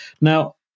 Now